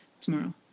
tomorrow